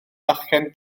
fachgen